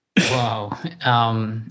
Wow